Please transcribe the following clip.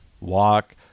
walk